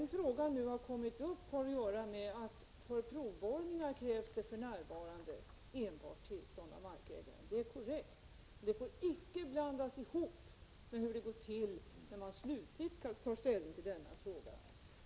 Att markägarens tillstånd har kommit in i resonemanget har att göra med att det för närvarande är vad som krävs när det gäller provborrningar. Det är korrekt att det då enbart krävs tillstånd av markägaren. Men detta får icke blandas ihop med hur det går till när man slutgiltigt skall ta ställning till frågan om avfallshanteringen.